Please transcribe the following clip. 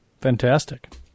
fantastic